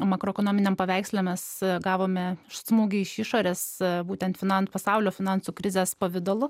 makroekonominiam paveiksle mes gavome smūgį iš išorės būtent finansų pasaulio finansų krizės pavidalu